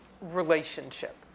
relationship